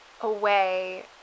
away